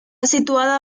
situada